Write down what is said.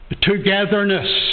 Togetherness